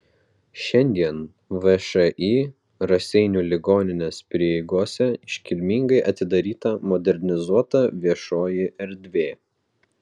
šiandien všį raseinių ligoninės prieigose iškilmingai atidaryta modernizuota viešoji erdvė